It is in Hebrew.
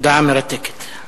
הודעה מרתקת.